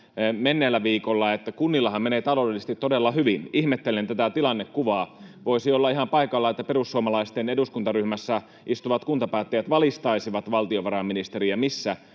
menneellä viikolla, että kunnillahan menee taloudellisesti todella hyvin. Ihmettelen tätä tilannekuvaa. Voisi olla ihan paikallaan, että perussuomalaisten eduskuntaryhmässä istuvat kuntapäättäjät valistaisivat valtiovarainministeriä, missä